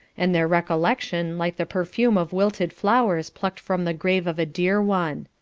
and their recollection, like the perfume of wilted flowers plucked from the grave of a dear one.